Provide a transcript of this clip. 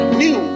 new